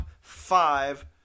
five